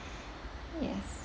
yes